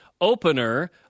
opener